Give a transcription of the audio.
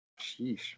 Sheesh